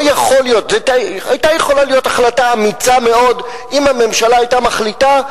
זו היתה יכולה להיות החלטה אמיצה מאוד אם הממשלה היתה מחליטה: